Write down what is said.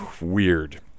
weird